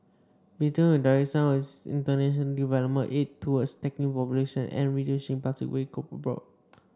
Britain will direct some of its international development aid towards tackling pollution and reducing plastic waste abroad